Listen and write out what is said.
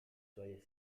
soyez